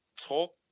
talk